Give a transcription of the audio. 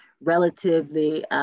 relatively